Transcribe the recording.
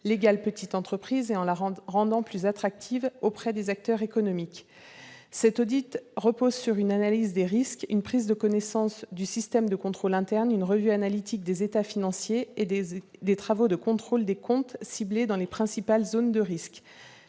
légal Petites entreprises et en la rendant plus attractive pour les acteurs économiques. Cet audit repose sur une analyse des risques, une prise de connaissance du système de contrôle interne et une revue analytique des états financiers et des travaux de contrôle des comptes ciblés dans les principales zones de risques.